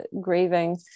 grieving